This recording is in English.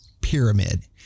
pyramid